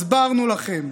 הסברנו לכם: